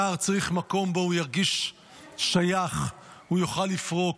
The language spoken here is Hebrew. נער צריך מקום שבו הוא ירגיש שייך ויוכל לפרוק.